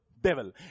devil